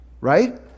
right